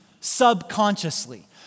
subconsciously